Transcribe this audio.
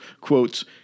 quotes